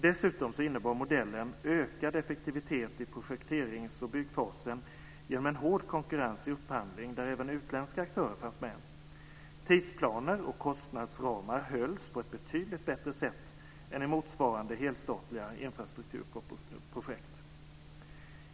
Dessutom innebar modellen ökad effektivitet i projekterings och byggfasen genom en hård konkurrens i upphandling där även utländska aktörer fanns med. Tidsplaner och kostnadsramar hölls på ett betydligt bättre sätt än i motsvarande helstatliga infrastrukturprojekt.